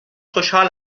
خوشحال